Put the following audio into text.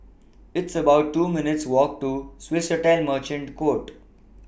It's about two minutes' Walk to Swissotel Merchant Court